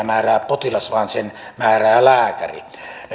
määrää potilas vaan sen määrää lääkäri